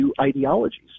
ideologies